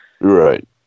right